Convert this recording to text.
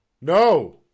no